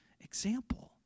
example